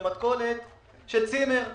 למתכונת של צימר הם